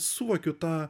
suvokiu tą